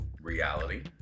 reality